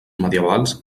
medievals